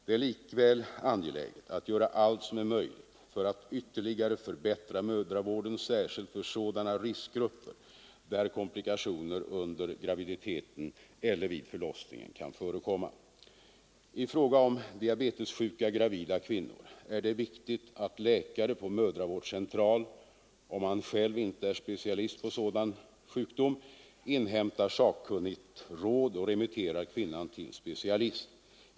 Det är likväl angeläget att göra allt som är möjligt för att ytterligare förbättra mödravården, särskilt för sådana riskgrupper, där komplikationer under graviditeten eller vid förlossningen kan förekomma. I fråga om diabetessjuka gravida kvinnor är det viktigt att läkare på mödravårdscentral — om han själv inte är specialist på sådan sjukdom — inhämtar sakkunnigt råd eller remitterar kvinnan till specialist.